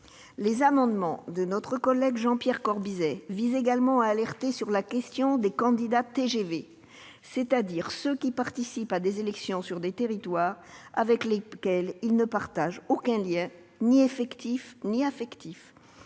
Les amendements de notre collègue Jean-Pierre Corbisez visent également à alerter sur les « candidats TGV », c'est-à-dire ceux qui participent à des élections sur des territoires avec lesquels ils n'ont aucun lien effectif ou affectif.